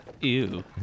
Ew